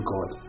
God